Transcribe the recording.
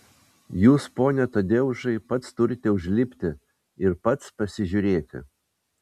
jūs pone tadeušai pats turite užlipti ir pats pasižiūrėti